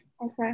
Okay